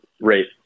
rate